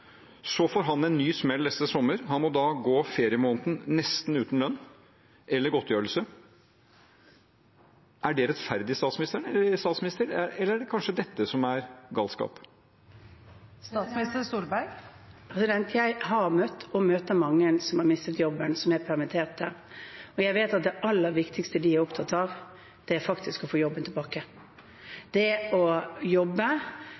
får han en ny smell neste sommer. Han må da gå feriemåneden nesten uten lønn eller godtgjørelse. Er det rettferdig, statsminister, eller er det kanskje dette som er galskap? Jeg har møtt og møter mange som har mistet jobben, som er permitterte, og jeg vet at det aller viktigste de er opptatt av, faktisk er å få jobben tilbake. Det å jobbe